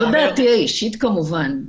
זה לא דעתי האישית כמובן.